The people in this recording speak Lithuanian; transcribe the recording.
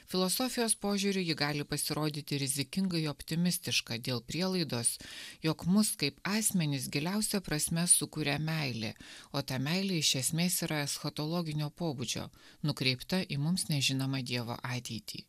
filosofijos požiūriu ji gali pasirodyti rizikingai optimistiška dėl prielaidos jog mus kaip asmenis giliausia prasme sukuria meilė o ta meilė iš esmės yra eschatologinio pobūdžio nukreipta į mums nežinomą dievo ateitį